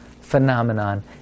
phenomenon